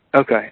Okay